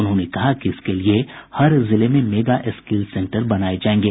उन्होंने कहा कि इसके लिये हर जिले में मेगा स्किल सेंटर बनाये जायेंगे